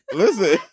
listen